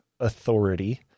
authority